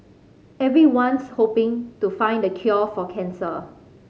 everyone's hoping to find the cure for cancer